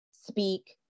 speak